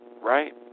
right